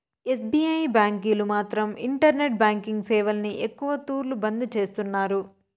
SBI బ్యాంకీలు మాత్రం internet banking సేవల్ని ఎక్కవ తూర్లు బంద్ చేస్తున్నారు